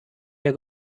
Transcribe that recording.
der